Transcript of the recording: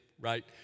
right